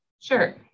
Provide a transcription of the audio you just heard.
Sure